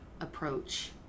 approach